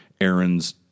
Aaron's